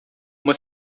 uma